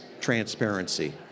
transparency